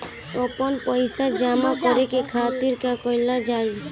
आपन पइसा जमा करे के खातिर का कइल जाइ?